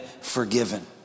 forgiven